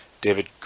David